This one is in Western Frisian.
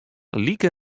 like